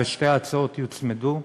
ושתי ההצעות יוצמדו.